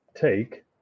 take